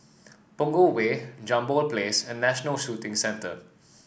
Punggol Way Jambol Place and National Shooting Centre